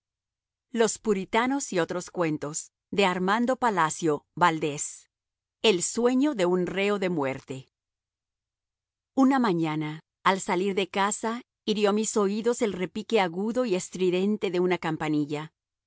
lágrimas not a single one failed to shed tears el sueño de un reo de muerte una mañana al salir de casa hirió mis oídos el repique agudo y estridente de una campanilla